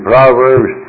Proverbs